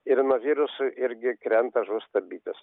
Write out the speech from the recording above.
ir nuo virusų irgi krenta žūsta bitės